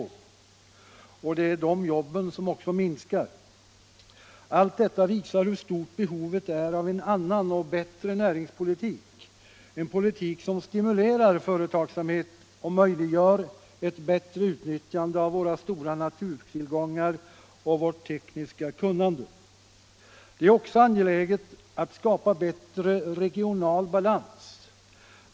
Och det är de jobben som minskar. Allt detta visar hur stort behovet är av en annan och bättre näringspolitik, en politik som stimulerar företagsamhet och möjliggör ett bättre utnyttjande av våra stora naturtillgångar och vårt tekniska kunnande. Det är också angeläget att skapa bättre regional balans.